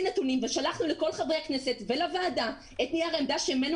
נתונים ושלחנו לכל חברי הכנסת ולוועדה את נייר העמדה ממנו